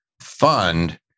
fund